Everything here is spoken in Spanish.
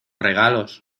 regalos